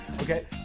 okay